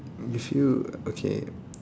if you okay